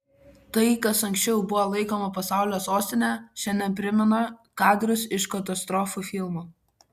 tai kas anksčiau buvo laikoma pasaulio sostine šiandien primena kadrus iš katastrofų filmo